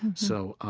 so, um,